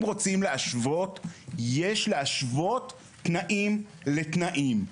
רוצים להשוות יש להשוות תנאים לתנאים.